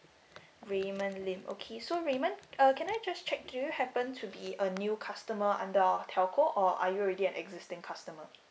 raymond lin okay so raymond uh can I just check do you happen to be a new customer under our telco or are you already an existing customer